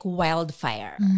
wildfire